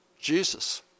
Jesus